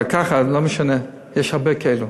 יש הרבה כאלה.